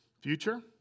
Future